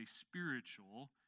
spiritual